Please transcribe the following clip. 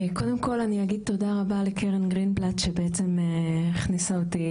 קודם כל אני אגיד תודה רבה לקרן גרינבלט שבעצם הכניסה אותי